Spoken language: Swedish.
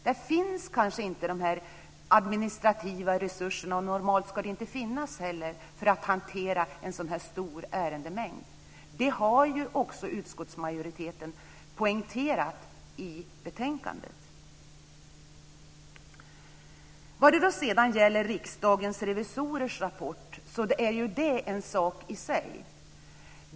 Det finns kanske inte de administrativa resurserna för att hantera en så stor ärendemängd. Det ska heller inte finnas, normalt. Det har också utskottsmajoriteten poängterat i betänkandet. Riksdagens revisorers rapport är en sak i sig.